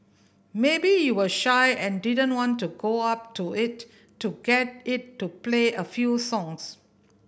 maybe you were shy and didn't want to go up to it to get it to play a few songs